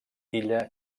illa